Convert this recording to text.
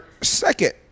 second